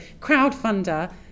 crowdfunder